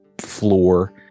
floor